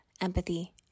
empathy